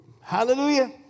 Hallelujah